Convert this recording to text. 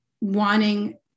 wanting